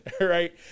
right